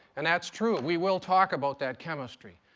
and that's true. we will talk about that chemistry.